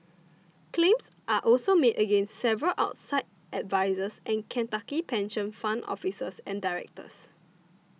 claims are also made against several outside advisers and Kentucky pension fund officers and directors